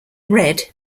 red